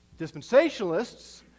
Dispensationalists